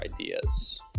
ideas